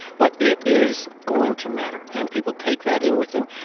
but it is going to matter. and people take that in with them.